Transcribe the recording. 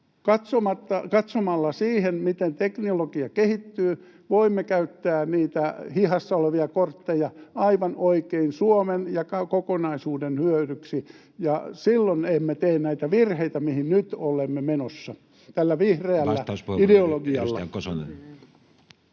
Katsomalla siihen, miten teknologia kehittyy, voimme käyttää niitä hihassa olevia kortteja aivan oikein Suomen ja kokonaisuuden hyödyksi, ja silloin emme tee näitä virheitä, mihin nyt olemme menossa tällä vihreällä ideologialla.